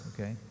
okay